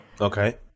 Okay